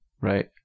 right